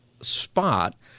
spot